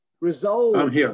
resolve